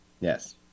Yes